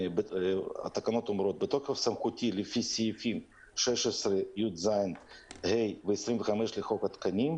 התקנות אומרות: "בתוקף סמכותי לפי סעיפים 16יז(ה) ו-25 לחוק התקנים,